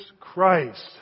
Christ